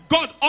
God